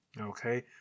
okay